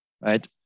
right